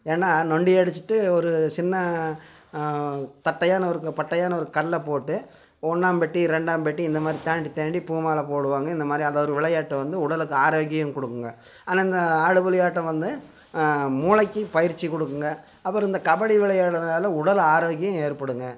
ஏன்னா நொண்டி அடித்துட்டு ஒரு சின்ன தட்டையான ஒரு பட்டையான ஒரு கல்லை போட்டு ஒன்றாம்பெட்டி ரெண்டாம்பெட்டி இந்தமாதிரி தாண்டி தாண்டி பூமாலை போடுவாங்க இந்தமாதிரி அதை ஒரு விளையாட்டு வந்து உடலுக்கு ஆரோக்கியம் கொடுக்குங்க ஆனால் இந்த ஆடுபுலி ஆட்டம் வந்து மூளைக்கும் பயிற்சி கொடுக்குங்க அப்பறம் இந்த கபடி விளையாடுறதால உடல் ஆரோக்கியம் ஏற்படுங்க